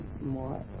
more